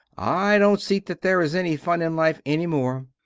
i dont see that their is enny fun in life enny more.